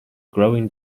growing